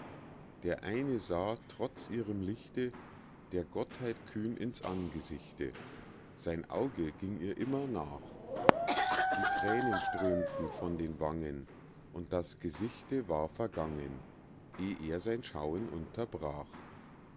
der eine sah trotz ihrem lichte der gottheit kühn in's angesichte sein auge ging ihr immer nach die thränen strömten von den wangen und das gesichte war vergangen eh er sein schauen unterbrach